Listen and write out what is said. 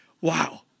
Wow